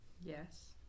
Yes